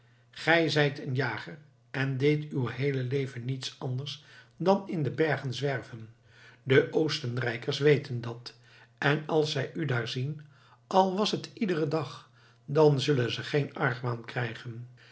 gij zijt een jager en deedt uw heele leven niets anders dan in de bergen zwerven de oostenrijkers weten dat en als zij u daar zien al was het iederen dag dan zullen ze geen argwaan krijgen